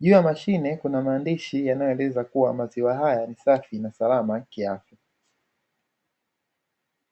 juu ya mashine kuna maandishi yanayoeleza kuwa maziwa haya ni safi na salama kiafya.